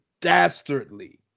dastardly